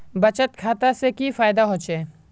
बचत खाता से की फायदा होचे?